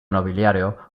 nobiliario